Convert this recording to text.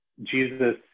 Jesus